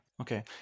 okay